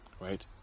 Right